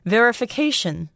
Verification